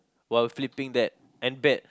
while flipping that and bet